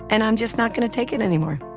and i'm just not going to take it anymore.